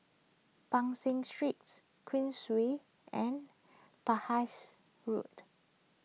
Ban San Street Queensway and Penhas Road